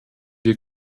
wir